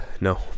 no